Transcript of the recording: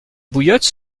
bouillotte